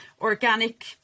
organic